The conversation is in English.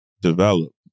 develop